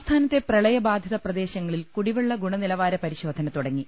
സംസ്ഥാനത്തെ പ്രളയ ബാധിത പ്രദേശങ്ങളിൽ കുടി വെള്ള ഗുണനിലവാര പരിശോധന തുടങ്ങി